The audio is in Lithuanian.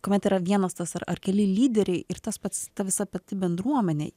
kuomet yra vienas tas ar keli lyderiai ir tas pats ta visa pati bendruomenė